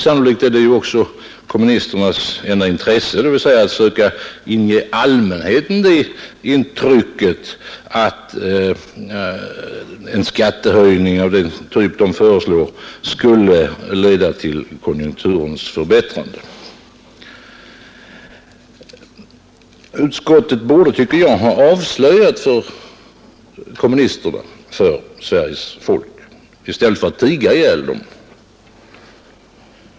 Sannolikt är det kommunisternas enda intresse att ge allmänheten det intrycket att en skattehöjning av den typ de föreslår skulle leda till konjunkturens förbättrande. Utskottet borde, tycker jag, ha avslöjat kommunisterna för Sveriges folk i stället för att tiga ihjäl dem.